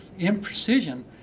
imprecision